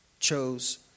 chose